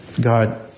God